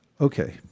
Okay